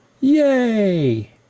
yay